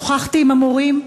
שוחחתי עם המורים,